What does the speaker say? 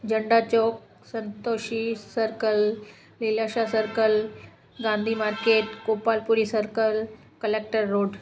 Jhanda Chowk Santoshi circle Leelashah circle Gandhi market Gopal Puri circle collector road